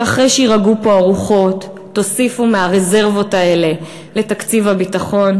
שאחרי שיירגעו פה הרוחות תוסיפו מהרזרבות האלה לתקציב הביטחון?